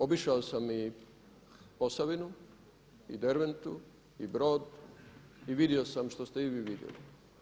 Obišao sam i Posavinu i Derventu i Brod i vidio sam što ste i vi vidjeli.